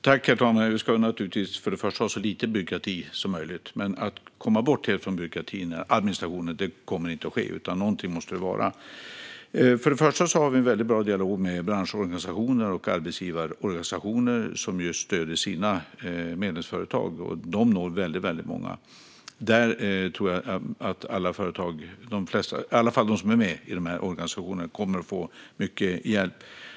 Herr talman! Först och främst ska det vara så lite byråkrati som möjligt, men att helt komma bort från byråkrati och administration kommer inte att ske. Något måste det vara. Vi har en mycket bra dialog med branschorganisationer och arbetsgivarorganisationer, som ju stöder sina medlemsföretag. De når många. Jag tror att alla de som är med i dessa organisationer kommer att få mycket hjälp.